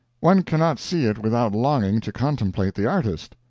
one cannot see it without longing to contemplate the artist.